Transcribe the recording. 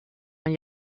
ein